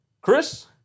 Chris